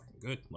good